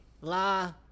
la